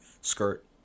skirt